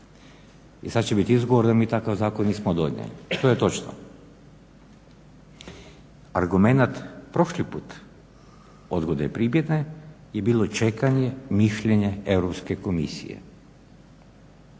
I sad će biti izgovor da mi takav zakon nismo donijeli to je točno. Argumenat prošli put odgode primjene je bilo čekanje, mišljenje Europske komisije.